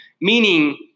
meaning